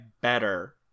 better